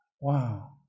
Wow